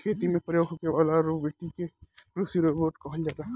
खेती में प्रयोग होखे वाला रोबोट के कृषि रोबोट कहल जाला